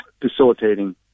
facilitating